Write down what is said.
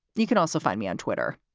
you can also find me on twitter.